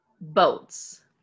Boats